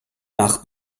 nach